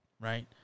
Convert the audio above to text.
Right